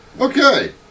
Okay